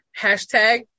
hashtag